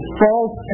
false